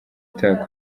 itaha